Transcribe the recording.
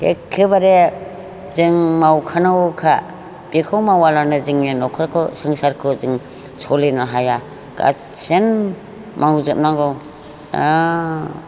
एखेबारे जों मावखानांगौखा बेखौ मावाब्लानो जोंने न'खरखौ संसारखौ जों सोलिनो हाया गासिन मावजोब नांगौ जा